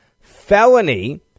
felony